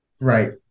Right